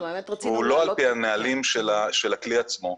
הוא לא על פי הנהלים של הכלי עצמו,